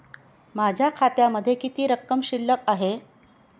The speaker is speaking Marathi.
माझ्या खात्यामध्ये किती रक्कम शिल्लक आहे?